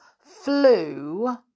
flew